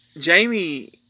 Jamie